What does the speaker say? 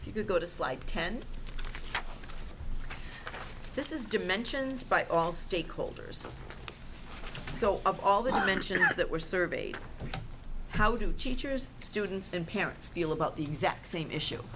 you to go to slide ten this is dimensions by all stakeholders so of all the dimensions that were surveyed how do teachers students and parents feel about the exact same issue